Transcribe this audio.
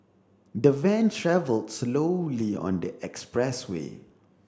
the van travelled slowly on the expressway